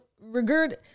regard